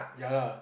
ya lah